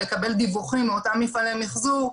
ולקבל דיווחים מאותם מפעלי מיחזור,